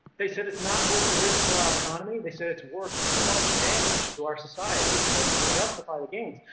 they said, it's not worth the risk to our economy. they said it's worth too much damage to our society to to justify the gains.